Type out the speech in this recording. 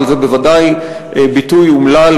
אבל זה בוודאי ביטוי אומלל,